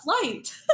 flight